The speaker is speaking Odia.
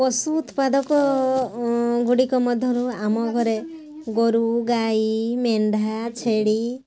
ପଶୁ ଉତ୍ପାଦକଗୁଡ଼ିକ ମଧ୍ୟରୁ ଆମ ଘରେ ଗୋରୁ ଗାଈ ମେଣ୍ଢା ଛେଳି